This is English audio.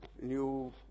new